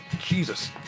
Jesus